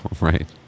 Right